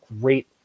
great